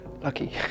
lucky